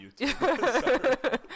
YouTube